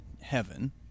heaven